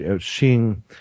seeing